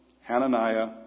Hananiah